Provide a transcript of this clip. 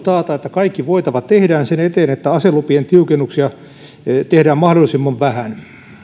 kaikki voitava tehdään sen eteen että aselupien tiukennuksia tehdään mahdollisimman vähän